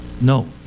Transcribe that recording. No